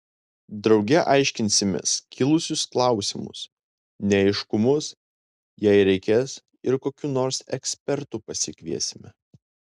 drauge aiškinsimės kilusius klausimus neaiškumus jei reikės ir kokių nors ekspertų pasikviesime